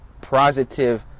positive